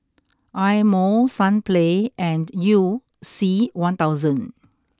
Eye Mo Sunplay and you C one thousand